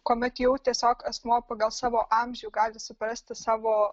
kuomet jau tiesiog asmuo pagal savo amžių gali suprasti savo